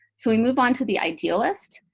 so we move on to the idealist.